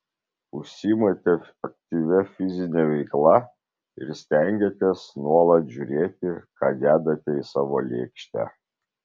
užsiimate aktyvia fizine veikla ir stengiatės nuolat žiūrėti ką dedate į savo lėkštę